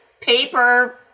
paper